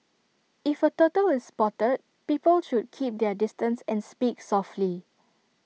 if A turtle is spotted people should keep their distance and speak softly